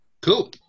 Cool